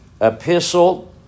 epistle